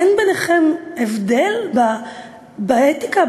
אין ביניכם הבדל באתיקה,